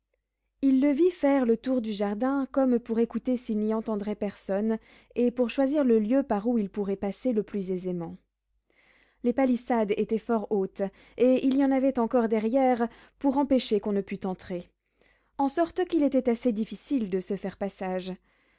il le vit faire le tour du jardin comme pour écouter s'il n'y entendrait personne et pour choisir le lieu par où il pourrait passer le plus aisément les palissades étaient fort hautes et il y en avait encore derrière pour empêcher qu'on ne pût entrer en sorte qu'il était assez difficile de se faire passage